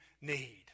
need